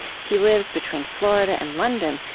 he lives between florida and london,